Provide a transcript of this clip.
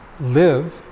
live